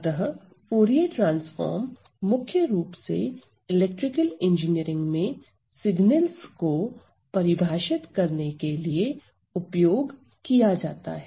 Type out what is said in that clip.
अतः Fourier transform मुख्य रूप से इलेक्ट्रिकल इंजीनियरिंग में सिग्नलस को परिभाषित करने के लिए उपयोग किया जाता है